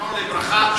זיכרונו לברכה,